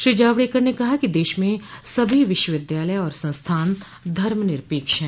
श्री जावड़ेकर ने कहा कि देश में सभी विश्वविद्यालय और संस्थान धर्मनिरपेक्ष हैं